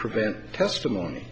prevent testimony